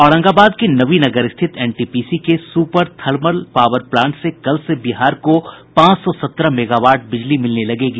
औरंगाबाद के नवीनगर स्थित एनटीपीसी के सुपर थर्मल पावर प्लांट से कल से बिहार को पांच सौ सत्रह मेगावाट बिजली मिलने लगेगी